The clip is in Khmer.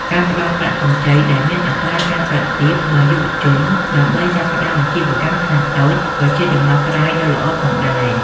ការផ្តល់ប្រាក់កម្ចីដែលមានអត្រាការប្រាក់ទាបដល់យុវជនដើម្បីចាប់ផ្តើមអាជីវកម្មខ្នាតតូចក៏ជាដំណោះស្រាយដ៏ល្អផងដែរ។